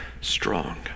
strong